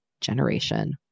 generation